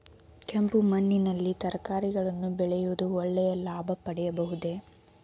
ಕೆಂಪು ಮಣ್ಣಿನಲ್ಲಿ ತರಕಾರಿಗಳನ್ನು ಬೆಳೆದು ಒಳ್ಳೆಯ ಲಾಭ ಪಡೆಯಬಹುದೇ?